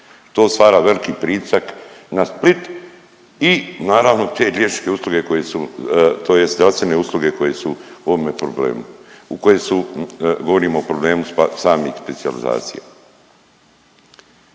To stvara veliki pritisak na Split i naravno te liječničke usluge koje su tj. zdravstvene usluge koje su u ovome problemu u kojem su govorim o problemu samih specijalizacija.